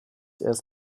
erst